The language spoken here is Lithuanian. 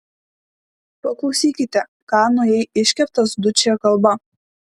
paklausykite ką naujai iškeptas dučė kalba